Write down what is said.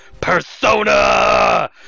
Persona